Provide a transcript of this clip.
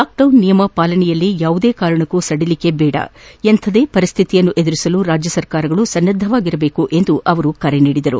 lockdown ನಿಯಮ ಪಾಲನೆಯಲ್ಲಿ ಯಾವುದೇ ಕಾರಣಕ್ಕೂ ಸಡಿಲಿಕೆ ಬೇಡ ಎಂಥವುದೇ ಪರಿಶ್ವಿತಿಯನ್ನು ಎದುರಿಸಲು ರಾಜ್ಯ ಸರ್ಕಾರಗಳು ಸನ್ನದ್ದವಾಗಬೇಕು ಎಂದು ಅವರು ಕರೆ ನೀಡಿದರು